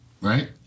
Right